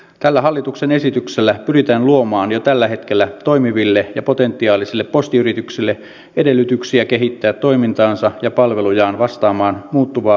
tällä hallituksen esityksellä pyritään luomaan jo tällä hetkellä toimiville ja potentiaalisille postiyrityksille edellytyksiä kehittää toimintaansa ja palvelujaan vastaamaan muuttuvaa liiketoimintaympäristöä